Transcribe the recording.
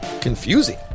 confusing